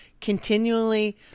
continually